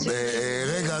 רגע,